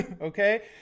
okay